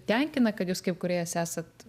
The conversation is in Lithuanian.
tenkina kad jūs kaip kūrėjas esat